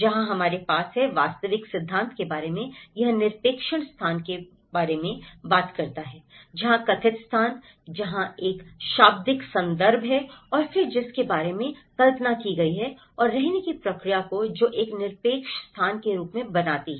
जहां हमारे पास है वास्तविक सिद्धांत के बारे में वह निरपेक्ष स्थान के बारे में बात करता है जहां कथित स्थान जहाँ एक शाब्दिक संदर्भ है और फिर जिसके बारे में कल्पना की गई है और रहने की प्रक्रिया जो एक निरपेक्ष स्थान के रूप में बनाती है